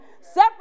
separate